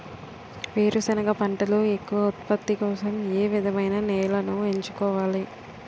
వేరుసెనగ పంటలో ఎక్కువ ఉత్పత్తి కోసం ఏ విధమైన నేలను ఎంచుకోవాలి?